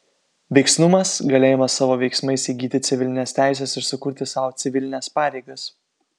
veiksnumas galėjimas savo veiksmais įgyti civilines teises ir sukurti sau civilines pareigas